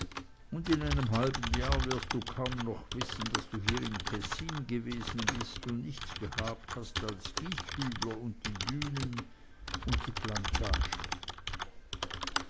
und in einem halben jahre wirst du kaum noch wissen daß du hier in kessin gewesen bist und nichts gehabt hast als gieshübler und die dünen und die plantage